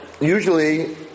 usually